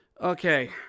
Okay